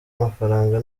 amafaranga